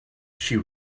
she